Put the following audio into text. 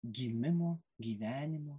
gimimo gyvenimo